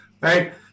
right